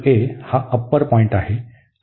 तर ya हा upper point आहे